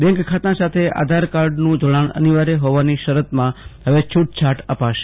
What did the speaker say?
bank ખાતા સાથે આધારકાર્ડનું જોડાણ અનિવાર્થ હોવાની શરતમાં છુટછાટ અપાશે